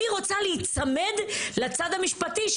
אני רוצה להיצמד לצד המשפטי,